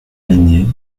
alignées